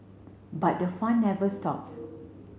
but the fun never stops